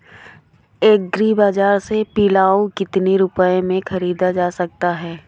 Agree बाजार से पिलाऊ कितनी रुपये में ख़रीदा जा सकता है?